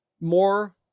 More